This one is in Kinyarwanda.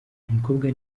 umukobwa